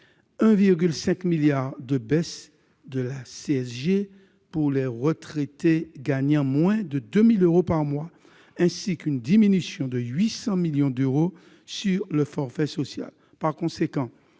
1,5 milliard d'euros de baisse de la CSG pour les retraités gagnant moins de 2 000 euros par mois et une diminution de 800 millions d'euros du forfait social. Par conséquent,